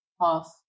half